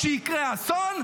כשיקרה אסון,